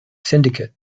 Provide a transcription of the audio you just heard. syndicate